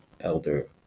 elder